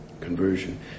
Conversion